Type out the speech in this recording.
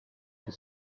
his